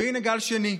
והינה גל שני.